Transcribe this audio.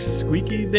squeaky